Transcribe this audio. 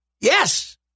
yes